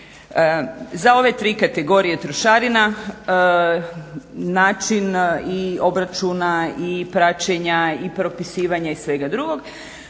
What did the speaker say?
Za ove tri kategorije trošarina način i obračuna i praćenja i propisivanja i svega druga